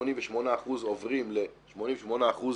מ-88% עוברים ל-88%